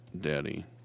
Daddy